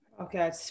Okay